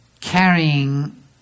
carrying